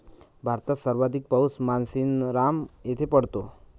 भारतात सर्वाधिक पाऊस मानसीनराम येथे पडतो